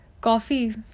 Coffee